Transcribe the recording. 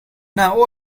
now